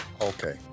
Okay